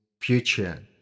future